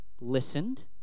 listened